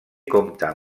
compta